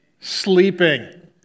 sleeping